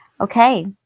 Okay